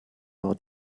war